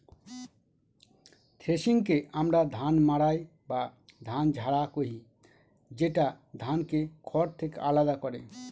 থ্রেশিংকে আমরা ধান মাড়াই বা ধান ঝাড়া কহি, যেটা ধানকে খড় থেকে আলাদা করে